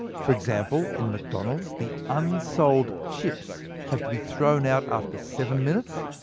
for example, in mcdonald's, the unsold chips have to be thrown out after seven minutes,